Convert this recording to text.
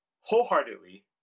wholeheartedly